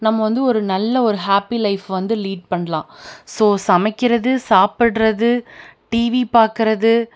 நம்ம வந்து ஒரு நல்ல ஹாப்பி லைஃப் வந்து லீட் பண்ணலாம் ஸோ சமைக்கிறது சாப்பிடறது டிவி பார்க்கறது